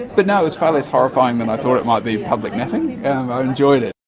but no, it was far less horrifying than i thought it might be, public napping, i enjoyed it.